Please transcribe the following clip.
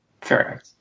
Fair